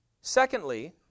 Secondly